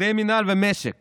עובדי מינהל ומשק